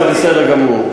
וזה בסדר גמור.